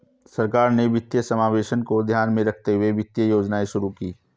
सरकार ने वित्तीय समावेशन को ध्यान में रखते हुए वित्तीय योजनाएं शुरू कीं